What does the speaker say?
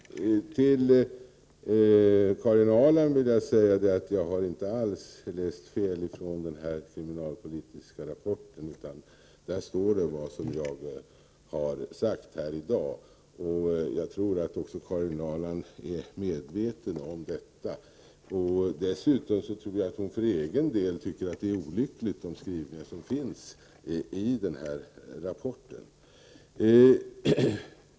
Herr talman! Till Karin Ahrland vill jag säga att jag inte alls har missuppfattat den kriminalpolitiska rapporten. Där står vad jag har sagt här i dag. Jag tror att också Karin Ahrland är medveten om detta. Dessutom tror jag att Karin Ahrland tycker att de skrivningar som finns i rapporten är olyckliga.